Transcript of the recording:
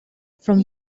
from